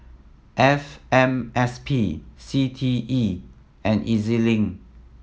F M S P C T E and E Z Link